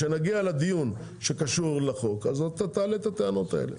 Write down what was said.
כשנגיע לדיון שקשור לחוק, תעלה את הטענות האלה.